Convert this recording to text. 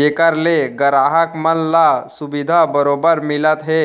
जेखर ले गराहक मन ल सुबिधा बरोबर मिलत हे